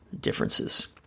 differences